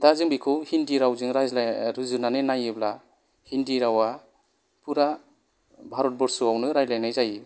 दा जों बेखौ हिन्दी रावजों रायज्लाय रुजुनानै नायाेब्ला हिन्दी रावा फुरा भारत बर्षआवनो रायलायनाय जायो